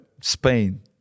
Spain